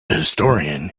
historian